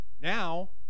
Now